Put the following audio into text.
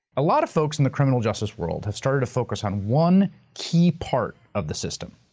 a lot of folks in the criminal justice world have started to focus on one key part of the system.